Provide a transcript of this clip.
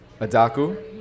adaku